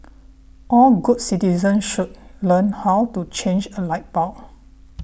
all good citizens should learn how to change a light bulb